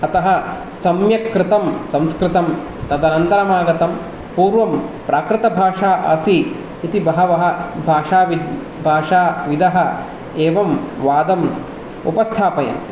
अतः सम्यक् कृतं संस्कृतम् तदनन्तरमागतम् पूर्वं प्राकृतभाषा आसीत् इति बहवः भाषा भाषा विदः एवम् वादम् उपस्थापयन्ते